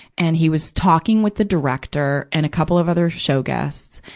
and he was talking with the director and a couple of other show guests.